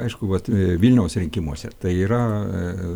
aišku kad vilniaus rinkimuose tai yra